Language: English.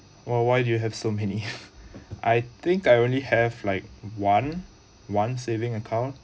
why why do you have so many I think I only have like one one saving account